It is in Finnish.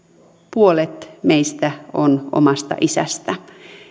puolet meistä on omasta isästä